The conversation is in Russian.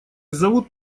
зовут